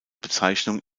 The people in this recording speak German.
bezeichnung